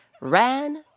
ran